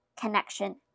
connection